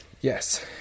Yes